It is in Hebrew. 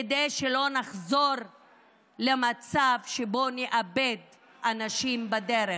כדי שלא נחזור למצב שבו נאבד אנשים בדרך.